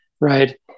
Right